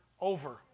over